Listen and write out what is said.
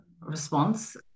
response